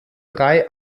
drei